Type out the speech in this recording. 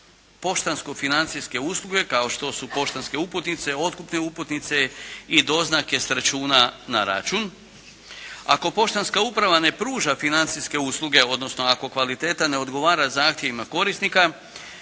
poštansko-financijske usluge, kao što su poštanske uputnice, otkupne uputnice i doznake s računa na račun. Ako poštanska uprava ne pruža financijske usluge, odnosno ako kvaliteta ne odgovara zahtjevima korisnika,